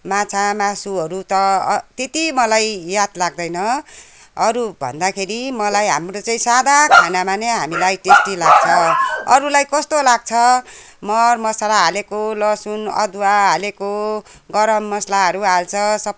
माछा मासुहरू त त्यति मलाई याद लाग्दैन अरू भन्दाखेरि मलाई हाम्रो चाहिँ सादा खानामा नै हामीलाई टेस्टी लाग्छ अरूलाई कस्तो लाग्छ मरमसाला हालेको लसुन अदुवा हालेको गरम मसलाहरू हाल्छ सबै